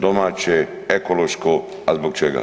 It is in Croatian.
Domaće ekološko ali zbog čega?